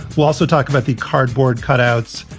we'll also talk about the cardboard cut outs,